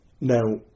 Now